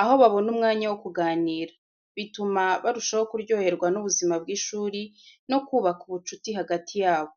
aho babona umwanya wo kuganira. Bituma barushaho kuryoherwa n'ubuzima bw'ishuri no kubaka ubucuti hagati yabo.